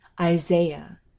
Isaiah